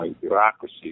bureaucracy